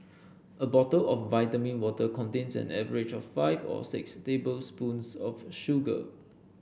a bottle of vitamin water contains an average of five or six tablespoons of sugar